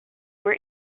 were